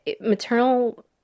maternal